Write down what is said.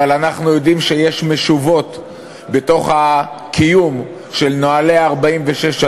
אבל אנחנו יודעים שיש היום משובות בתוך הקיום של נוהלי סעיף 46,